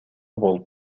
болуп